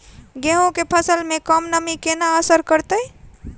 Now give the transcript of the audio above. गेंहूँ केँ फसल मे कम नमी केना असर करतै?